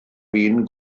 fin